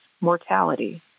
mortality